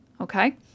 Okay